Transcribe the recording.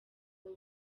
mill